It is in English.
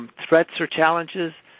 threats or challenges-agendas